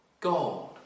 gold